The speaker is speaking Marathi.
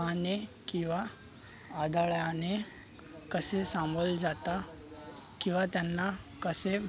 आव्हाने किंवा आदळाने कसे सामोरे जाता किंवा त्यांना कसे